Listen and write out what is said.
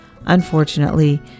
Unfortunately